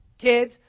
kids